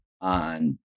on